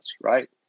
right